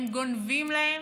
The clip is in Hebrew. הם גונבים להם,